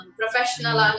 professional